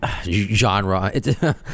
genre